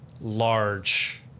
Large